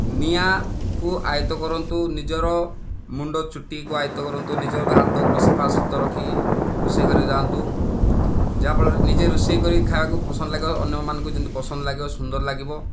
ନିଆଁକୁ ଆୟତ କରନ୍ତୁ ନିଜର ମୁଣ୍ଡ ଚୁଟିକୁ ଆୟତ କରନ୍ତୁ ନିଜର ହାତ ଗୋଡ଼ ସଫା ସୁତରା ରଖିକି ରୋଷେଇ ଘରେ ଯାଆନ୍ତୁ ଯାହା ଫଳରେ ନିଜେ ରୋଷେଇ କରି ଖାଇବାକୁ ପସନ୍ଦ ଲାଗିବା ସହ ଅନ୍ୟମାନଙ୍କୁ ଯେମିତି ପସନ୍ଦ ଲାଗିବ ସୁନ୍ଦର ଲାଗିବ